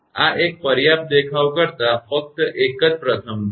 આ એક પર્યાપ્ત દેખાવ કરતાં ફક્ત એક જ પ્રથમ જુઓ